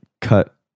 cut